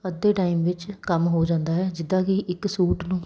ਅੱਧੇ ਟਾਈਮ ਵਿੱਚ ਕੰਮ ਹੋ ਜਾਂਦਾ ਹੈ ਜਿੱਦਾਂ ਕਿ ਇੱਕ ਸੂਟ ਨੂੰ